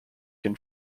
can